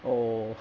oh